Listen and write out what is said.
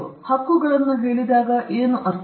ನಾವು ಹಕ್ಕುಗಳನ್ನು ಹೇಳಿದಾಗ ಏನು ಅರ್ಥ